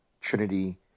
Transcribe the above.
Trinity